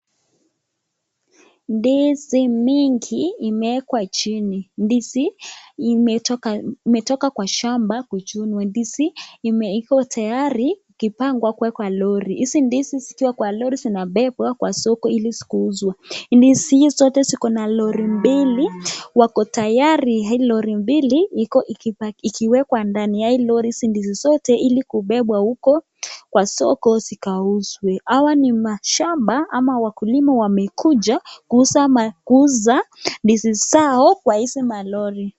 Ndizi mingi imewekwa chini. Ndizi imetoka kwa shamba kuchunwa. Ndizi iko tayari ikipangwa kuwekwa lori. Hizi ndizi zikiwa kwa lori zinabebwa kwa soko ili kuuzwa. Ndizi zote ziko na lori mbili. Wako tayari. Hilo lori mbili liko ikiwekwa ndani ya hiyo lori zindizi zote ili kubebwa huko kwa soko zikauzwa. Hawa ni mashamba ama wakulima wamekuja kuuza ndizi zao kwa hizi malori.